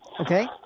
okay